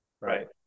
Right